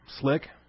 slick